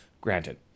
granted